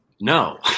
No